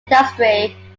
industry